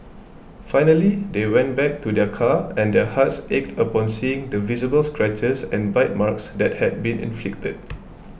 finally they went back to their car and their hearts ached upon seeing the visible scratches and bite marks that had been inflicted